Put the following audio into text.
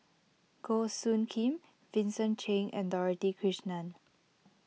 Goh Soo Khim Vincent Cheng and Dorothy Krishnan